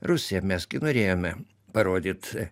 rusija mes gi norėjome parodyt